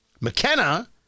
McKenna